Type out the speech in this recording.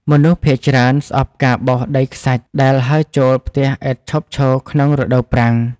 មនុស្សភាគច្រើនស្អប់ការបោសដីខ្សាច់ដែលហើរចូលផ្ទះឥតឈប់ឈរក្នុងរដូវប្រាំង។